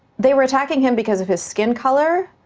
they were attacking him because of his skin color,